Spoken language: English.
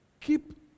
Keep